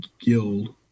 guild